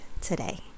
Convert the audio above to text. today